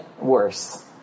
worse